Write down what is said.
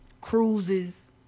cruises